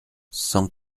cent